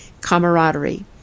camaraderie